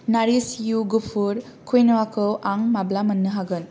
नारिश इउ गुफुर कुइन'वाखौ आं माब्ला मोननो हागोन